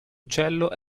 uccello